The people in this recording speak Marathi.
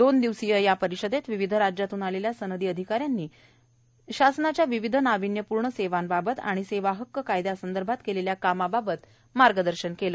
दोन दिवसीय परिषदेत विविध राज्यातून आलेल्या सनदी अधिकाऱ्यांनी दोन दिवसीय परिषदेत शासनाच्या विविध नाविन्यपुर्ण सेवांबाबत व सेवा हक्क कायद्या संदर्भात केलेल्या कामाबाबत मार्गदर्शन केले